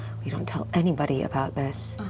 we don't tell anybody about this.